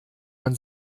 man